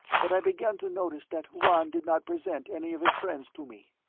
but i began to notice that juan did not present any of his friends to me.